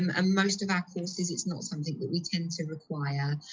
um and most of our courses it's not something that we tend to require.